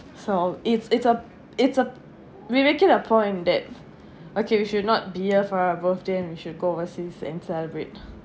so it's it's a it's a we make it a point that okay we should not be here for our birthday we should go overseas and celebrate